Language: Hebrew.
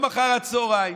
היום אחר הצוהריים